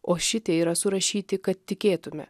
o šitie yra surašyti kad tikėtume